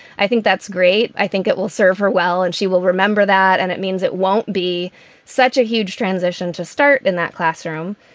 i think that's great. i think it will serve her well and she will remember that. and it means it won't be such a huge transition to start in that classroom.